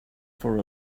for